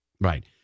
Right